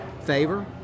favor